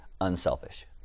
unselfish